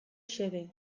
xede